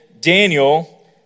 Daniel